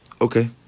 Okay